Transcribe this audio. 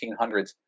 1800s